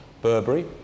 Burberry